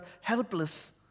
helpless